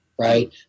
right